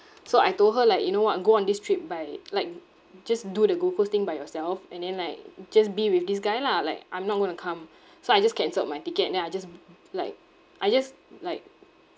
so I told her like you know what go on this trip by like just do the gold coast thing by yourself and then like just be with this guy lah like I'm not going to come so I just cancelled my ticket then I just like I just like